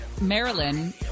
Maryland